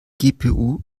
gpu